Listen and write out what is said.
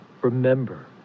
Remember